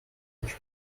each